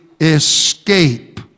escape